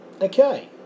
Okay